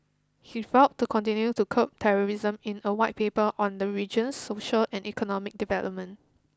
he vowed to continue to curb terrorism in a White Paper on the region's social and economic development